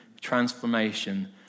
transformation